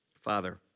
Father